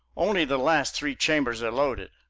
only the last three chambers are loaded,